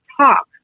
talk